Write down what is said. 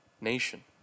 nation